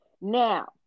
Now